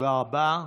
תודה רבה.